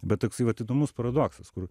bet toksai vat įdomus paradoksas kur